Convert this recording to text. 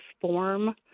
form